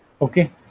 Okay